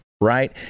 Right